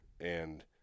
and-